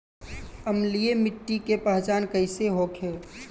अम्लीय मिट्टी के पहचान कइसे होखे?